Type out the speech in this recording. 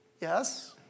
Yes